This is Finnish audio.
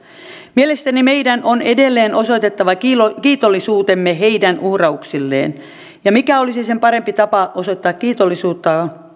mielestäni meidän on edelleen osoitettava kiitollisuutemme heidän uhrauksilleen ja mikä olisi sen parempi tapa osoittaa kiitollisuutta